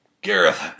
Gareth